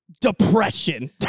Depression